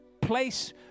place